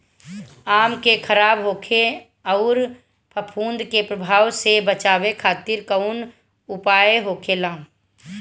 आम के खराब होखे अउर फफूद के प्रभाव से बचावे खातिर कउन उपाय होखेला?